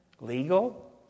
Legal